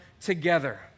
together